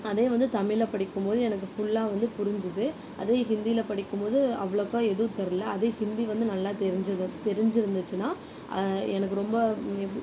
அதுவே வந்து தமிழ்ல படிக்கும் போது எனக்கு ஃபுல்லா வந்து புரிஞ்சது அதுவே ஹிந்தியில படிக்கும் போது அவ்வளோக்கா எதுவும் தெரில அதே வந்து ஹிந்தி வந்து நல்லா தெரிஞ்சது தெரிஞ்சிருந்துச்சினால் எனக்கு ரொம்ப